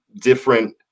different